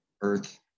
earth